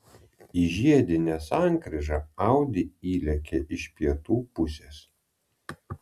į žiedinę sankryžą audi įlėkė iš pietų pusės